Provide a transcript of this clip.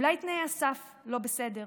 אולי תנאי הסף לא בסדר,